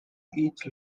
each